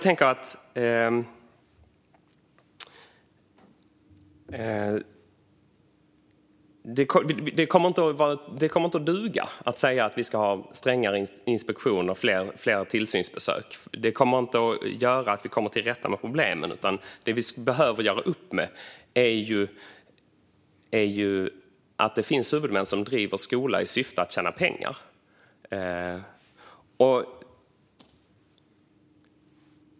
Det duger inte att säga att vi ska ha strängare inspektion och fler tillsynsbesök. Det kommer inte att leda till att vi kommer till rätta med problemen. Det vi behöver göra upp med är att det finns huvudmän som driver skola i syfte att tjäna pengar.